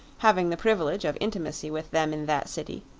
having the privilege of intimacy with them in that city,